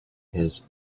his